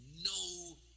No